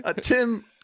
Tim